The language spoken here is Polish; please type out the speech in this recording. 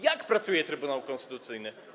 Jak pracuje Trybunał Konstytucyjny?